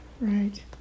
Right